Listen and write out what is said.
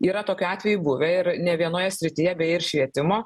yra tokių atvejų buvę ir nė vienoje srityje beje ir švietimo